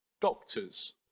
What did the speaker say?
doctors